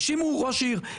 האשימו ראש עיר,